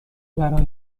برای